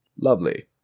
Lovely